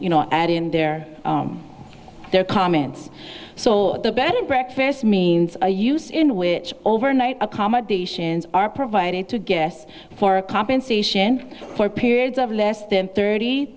you know add in their their comments so the bed and breakfast means a use in which overnight accommodations are provided to guess for compensation for periods of less than thirty